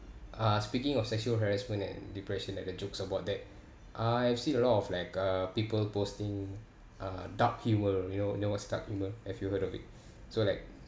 uh speaking of sexual harassment and depression like a jokes about that uh I've seen a lot of like uh people posting uh dark humour you know you know what's dark humour have you heard of it so like